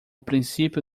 princípio